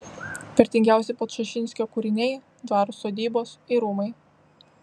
vertingiausi podčašinskio kūriniai dvarų sodybos ir rūmai